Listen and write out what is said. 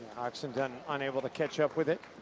oxenden unable to catch up with it.